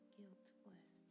guiltless